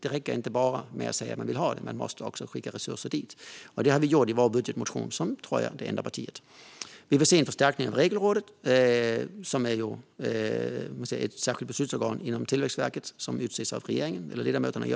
Det räcker inte bara med att säga att man vill ha det; man måste också skicka resurser dit. Det har vi som enda parti, tror jag, gjort i vår budgetmotion. Vi vill se en förstärkning av Regelrådet, som är ett särskilt beslutsorgan inom Tillväxtverket och vars ledamöter utses av regeringen.